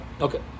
okay